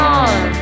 on